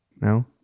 No